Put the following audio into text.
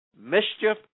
mischief